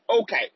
Okay